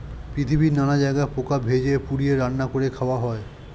পৃথিবীর নানা জায়গায় পোকা ভেজে, পুড়িয়ে, রান্না করে খাওয়া হয়